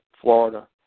Florida